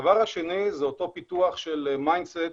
הנדבך השני זה אותו פיתוח של מיינסט,